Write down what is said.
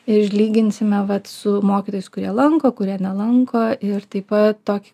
ir lyginsime vat su mokytojais kurie lanko kurie nelanko ir taip pat tokį